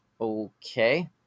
Okay